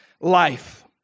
life